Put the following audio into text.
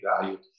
value